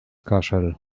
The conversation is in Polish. kaszel